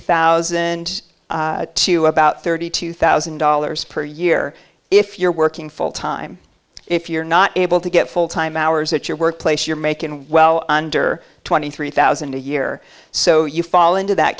thousand to about thirty two thousand dollars per year if you're working full time if you're not able to get full time hours at your workplace you're making well under twenty three thousand a year so you fall into that